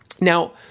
Now